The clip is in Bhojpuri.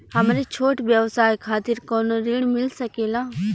हमरे छोट व्यवसाय खातिर कौनो ऋण मिल सकेला?